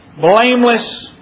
blameless